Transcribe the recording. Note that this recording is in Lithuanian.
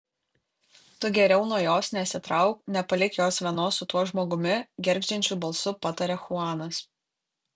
tu geriau nuo jos nesitrauk nepalik jos vienos su tuo žmogumi gergždžiančiu balsu pataria chuanas